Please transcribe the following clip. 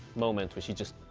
moment where she just,